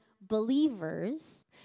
believers